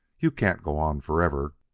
you can't go on forever.